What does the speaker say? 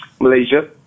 Malaysia